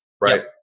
right